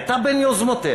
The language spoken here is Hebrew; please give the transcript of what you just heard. הייתה בין יוזמותיה,